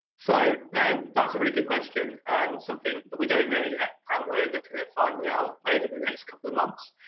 so that's a really good question and something that we don't know yet and um we're looking at finding out over the next couple of months.